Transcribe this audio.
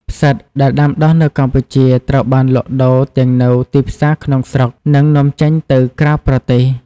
ផ្សិត ដែលដាំដុះនៅកម្ពុជាត្រូវបានលក់ដូរទាំងនៅទីផ្សារក្នុងស្រុក និងនាំចេញទៅក្រៅប្រទេស។